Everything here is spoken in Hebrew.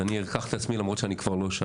אז אני אקח את עצמי למרות שאני כבר לא שם.